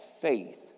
faith